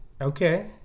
okay